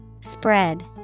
Spread